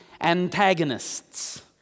antagonists